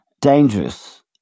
dangerous